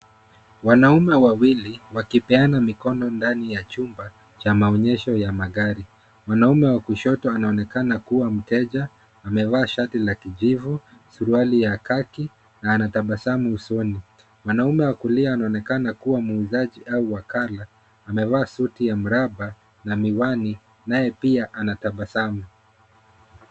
Wanaume wawili wakipeana mikono ndani ya chumba cha maonyesho ya magari. Mwanaume wa kushoto anaonekana kuwa mteja, amevaa shati la kijivu, suruali ya khaki na anatabasamu usoni. Mwanaume wa kulia anaonekana kuwa muuzaji au wakala, amevaa suti ya mraba na miwani naye pia anatabasamu.